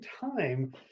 time